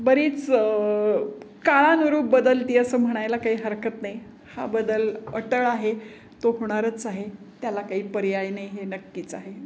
बरीच काळानुरूप बदलते आहे असं म्हणायला काही हरकत नाही हा बदल अटळ आहे तो होणारच आहे त्याला काही पर्याय नाही हे नक्कीच आहे